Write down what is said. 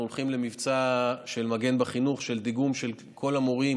אנחנו הולכים למבצע "מגן חינוך" דיגום של כל המורים